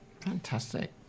Fantastic